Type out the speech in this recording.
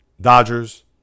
Dodgers